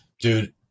Dude